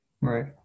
Right